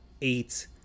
eight